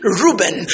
Reuben